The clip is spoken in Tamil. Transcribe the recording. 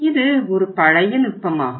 இது ஒரு பழைய நுட்பமாகும்